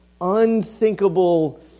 unthinkable